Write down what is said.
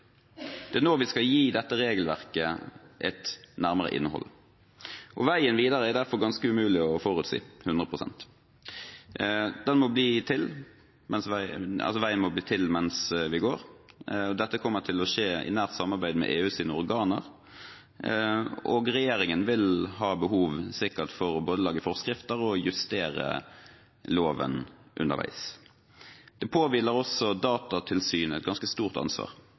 Det er nå vi skal gi dette regelverket et nærmere innhold. Veien videre er derfor ganske umulig å forutsi 100 pst. Veien må bli til mens vi går. Dette kommer til å skje i nært samarbeid med EUs organer. Regjeringen vil sikkert ha behov for å lage forskrifter og justere loven underveis. Det påhviler også Datatilsynet et ganske stort ansvar